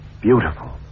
beautiful